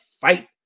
fight